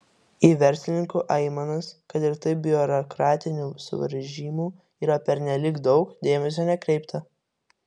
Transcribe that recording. į verslininkų aimanas kad ir taip biurokratinių suvaržymų yra pernelyg daug dėmesio nekreipta